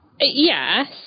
Yes